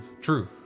True